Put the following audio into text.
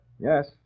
Yes